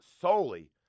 solely